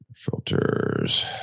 Filters